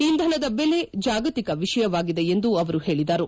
ಇಂಧನದ ಬೆಲೆ ಜಾಗತಿಕ ವಿಷಯವಾಗಿದೆ ಎಂದು ಅವರು ಹೇಳಿದರು